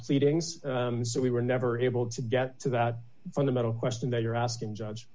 proceedings so we were never able to get to that fundamental question that you are asking judge